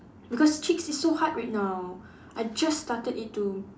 because cheeks is so hard right now I just started it to